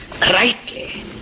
rightly